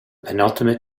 penultimate